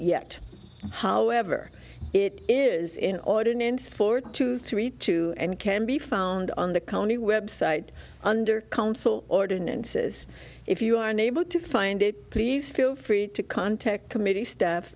yet however it is in ordinance four two three two and can be found on the county website under council ordinances if you are unable to find it please feel free to contact committee staff